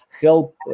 help